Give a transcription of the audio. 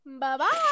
Bye-bye